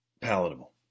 palatable